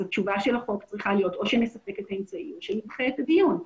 התשובה של החוק צריכה להיות או שנספק את האמצעי או שנדחה את הדיון.